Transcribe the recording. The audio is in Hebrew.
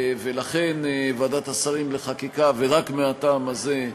לכן עמדת ועדת השרים לחקיקה, ורק מהטעם הזה,